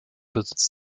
besitz